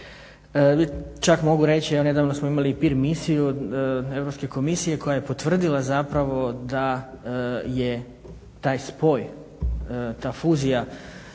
Čak mogu reći, evo nedavno smo imali i pir misiju, Europske komisije koja je potvrdila zapravo da je taj spoj, ta fuzija,